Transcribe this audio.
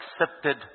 accepted